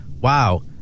wow